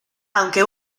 aunque